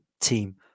team